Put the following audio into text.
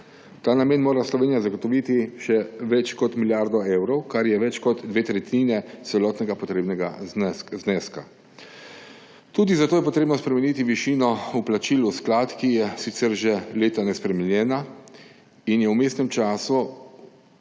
ta namen mora Slovenija zagotoviti še več kot milijardo evrov, kar sta več kot dve tretjini celotnega potrebnega zneska. Tudi zato je treba spremeniti višino vplačil v sklad, ki je sicer že leta nespremenjena in se je v vmesnem času